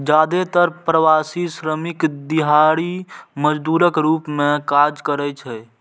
जादेतर प्रवासी श्रमिक दिहाड़ी मजदूरक रूप मे काज करै छै